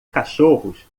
cachorros